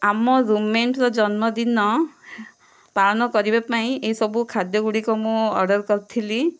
ଆମ ରୁମମେଟ୍ ର ଜନ୍ମଦିନ ପାଳନ କରିବାପାଇଁ ଏହିସବୁ ଖାଦ୍ୟଗୁଡ଼ିକ ମୁଁ ଅର୍ଡ଼ର କରିଥିଲି